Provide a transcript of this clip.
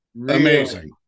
Amazing